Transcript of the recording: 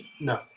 no